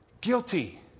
guilty